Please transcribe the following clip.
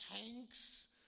tanks